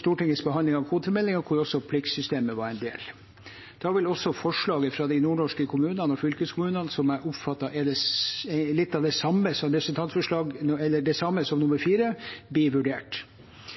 Stortingets behandling av kvotemeldingen, hvor også pliktsystemet er en del. Da vil også forslaget fra de nordnorske kommunene og fylkeskommunene, som jeg oppfatter er det samme som mindretallsforslag nr. 4, bli vurdert. Jeg oppfatter på denne bakgrunnen at det